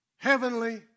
Heavenly